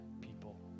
people